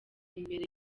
imbere